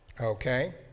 Okay